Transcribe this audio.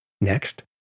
Next